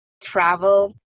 travel